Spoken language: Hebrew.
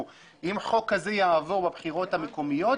שאם חוק כזה יעבור בבחירות המקומיות,